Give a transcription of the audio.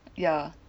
ya